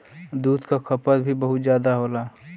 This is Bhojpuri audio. दूध क खपत भी बहुत जादा होला